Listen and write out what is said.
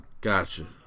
Gotcha